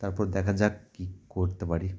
তারপর দেখা যাক কী করতে পারি